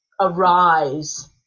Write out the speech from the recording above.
arise